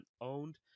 owned